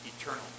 eternal